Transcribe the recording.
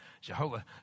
Jehovah